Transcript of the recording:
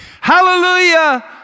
hallelujah